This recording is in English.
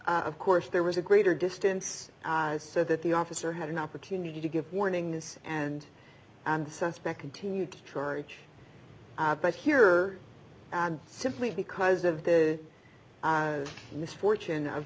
of course there was a greater distance so that the officer had an opportunity to give warnings and the suspect continued charge but here simply because of the misfortune of